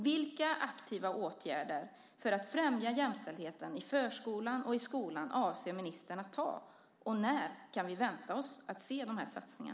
Vilka aktiva åtgärder för att främja jämställdheten i förskolan och skolan avser ministern att vidta och när kan vi vänta oss att se dessa satsningar?